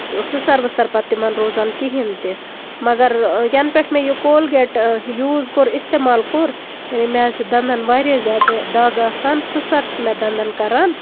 سٕسر وٕسر پَتہٕ تِمن روزان کِہیٖنٛۍ تہِ مَگر یَنہٕ پیٚٹھٕ مےٚ یہِ کولگیٹ یوٗز کوٚر اِستعمال کوٚر مےٚ حظ چھِ دَنٛدَن واریاہ زیادٕ دَگ آسان سٕسر چھِ مےٚ دَنٛدَن کران